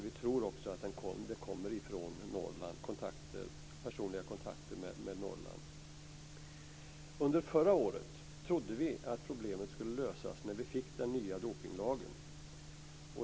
Vi tror också att det kommer från Under förra året trodde vi att problemet skulle lösas när vi fick den nya dopningslagen.